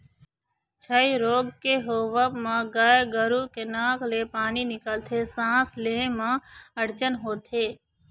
छई रोग के होवब म गाय गरु के नाक ले पानी निकलथे, सांस ले म अड़चन होथे